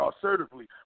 assertively